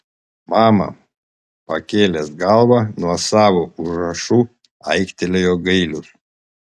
mama pakėlęs galvą nuo savo užrašų aiktelėjo gailius